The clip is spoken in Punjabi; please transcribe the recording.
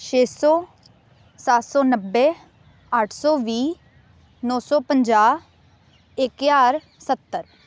ਛੇ ਸੌ ਸੱਤ ਸੌ ਨੱਬੇ ਅੱਠ ਸੌ ਵੀਹ ਨੌ ਸੌ ਪੰਜਾਹ ਇੱਕ ਹਜ਼ਾਰ ਸੱਤਰ